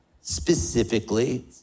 specifically